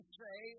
say